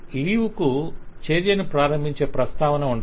leave కు చర్యను ప్రారంభించే ప్రస్తావన ఉండదు